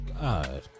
God